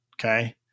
Okay